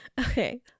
Okay